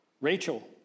Rachel